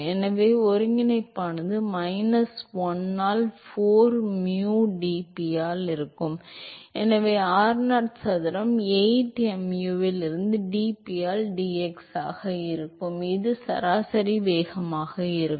எனவே ஒருங்கிணைப்பானது மைனஸ் 1 ஆல் 4 mu dp ஆல் இருக்கும் எனவே r0 சதுரம் 8 mu ல் இருந்து dp ஆல் dx இருக்கும் எனவே அது சராசரி வேகமாக இருக்கும்